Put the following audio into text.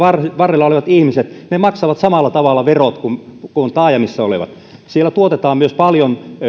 varrella olevat ihmiset maksavat samalla tavalla verot kuin taajamissa olevat siellä tuotetaan myös paljon